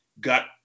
got